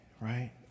right